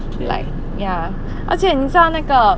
like ya 而且你知道那个